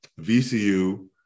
VCU